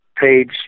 page